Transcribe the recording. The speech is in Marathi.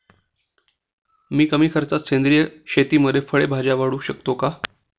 मी कमी खर्चात सेंद्रिय शेतीमध्ये फळे भाज्या वाढवू शकतो का?